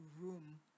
room